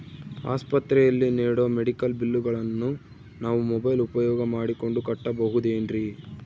ಆಸ್ಪತ್ರೆಯಲ್ಲಿ ನೇಡೋ ಮೆಡಿಕಲ್ ಬಿಲ್ಲುಗಳನ್ನು ನಾವು ಮೋಬ್ಯೆಲ್ ಉಪಯೋಗ ಮಾಡಿಕೊಂಡು ಕಟ್ಟಬಹುದೇನ್ರಿ?